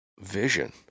vision